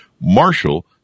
Marshall